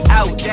out